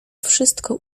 wszystko